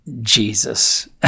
Jesus